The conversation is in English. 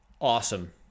awesome